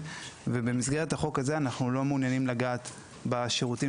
ובמסגרת החוק הזה אנחנו לא מעוניינים לגעת בשירותים